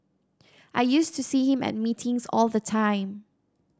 I used to see him at meetings all the time